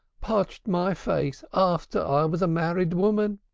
potched my face after i was a married woman.